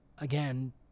Again